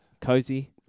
Cozy